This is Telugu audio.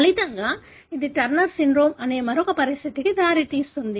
ఫలితంగా ఇది టర్నర్ సిండ్రోమ్ అనే మరొక పరిస్థితికి దారితీస్తుంది